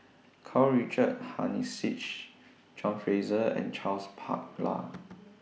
Karl Richard Hanitsch John Fraser and Charles Paglar